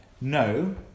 no